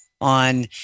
on